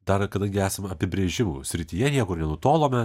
dar kadangi esame apibrėžimų srityje jeigu ir nenutolome